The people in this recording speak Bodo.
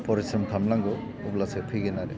परिस्र'म खालामनांगौ अब्लासो फैगोन आरो